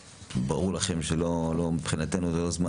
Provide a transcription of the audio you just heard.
שברור לכם שמבחינתנו זה לא זמן,